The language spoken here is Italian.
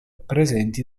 presenti